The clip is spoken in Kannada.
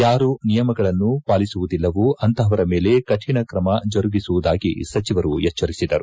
ಯಾರು ನಿಯಮಗಳನ್ನು ಪಾಲಿಸುವುದಿಲ್ಲವೋ ಅಂತಹವರ ಮೇಲೆ ಕಾಣ ಕ್ರಮ ಜರುಗಿಸುವುದಾಗಿ ಸಚಿವರು ಎಚ್ವರಿಸಿದರು